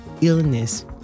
illness